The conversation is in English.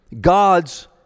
God's